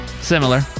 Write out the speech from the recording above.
Similar